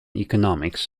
economics